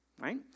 Right